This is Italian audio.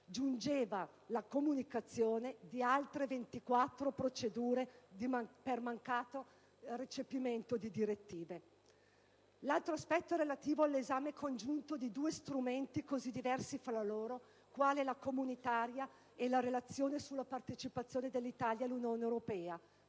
giungeva la comunicazione di altre 24 procedure per mancato recepimento di direttive. L'altro aspetto è relativo all'esame congiunto di due strumenti così diversi fra loro quali la legge comunitaria e la relazione sulla partecipazione dell'Italia all'Unione europea,